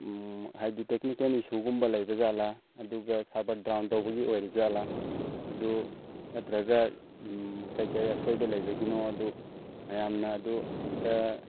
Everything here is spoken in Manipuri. ꯍꯥꯏꯗꯤ ꯇꯦꯛꯅꯤꯀꯦꯜ ꯏꯁꯨꯒꯨꯝꯕ ꯂꯩꯕ ꯖꯥꯠꯂꯥ ꯑꯗꯨꯒ ꯁꯔꯕꯔ ꯗꯥꯎꯟ ꯇꯧꯕꯒꯤ ꯑꯣꯏꯔꯤꯕ ꯖꯥꯠꯂꯥ ꯑꯗꯣ ꯅꯠꯇ꯭ꯔꯒ ꯀꯩ ꯀꯩ ꯑꯁꯣꯏꯕ ꯂꯩꯕꯒꯤꯅꯣ ꯑꯗꯨ ꯃꯌꯥꯝꯅ ꯑꯗꯨ ꯑꯝꯇ